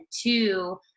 two